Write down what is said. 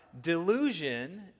Delusion